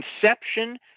conception